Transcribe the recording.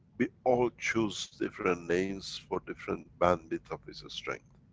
we all choose different names for different bandwidth of its strength.